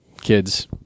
kids